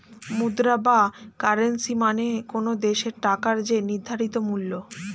মুদ্রা বা কারেন্সী মানে কোনো দেশের টাকার যে নির্ধারিত মূল্য